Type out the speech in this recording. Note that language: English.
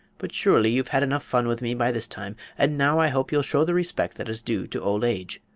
but surely you've had enough fun with me by this time, and now i hope you'll show the respect that is due to old age.